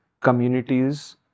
communities